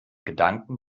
gedanken